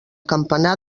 campanar